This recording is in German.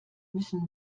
müssen